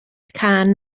cân